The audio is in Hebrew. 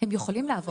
הם יכולים לעבור.